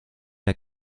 der